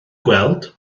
gweld